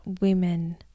women